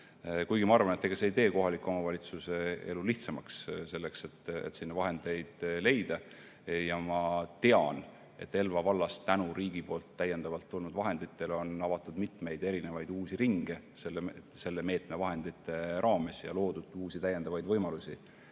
Kuigi ma arvan, et ega see ei tee kohaliku omavalitsuse elu lihtsamaks, kui on vaja sinna vahendeid leida. Ma tean, et Elva vallas on tänu riigi poolt täiendavalt tulnud vahenditele avatud mitmeid uusi ringe selle meetme vahendite raames ja loodud lastele uusi võimalusi